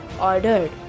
ordered